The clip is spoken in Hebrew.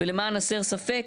ולמען הסר ספק,